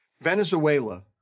Venezuela